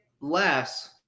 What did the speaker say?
less